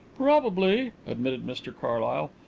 probably, admitted mr carlyle.